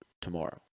tomorrow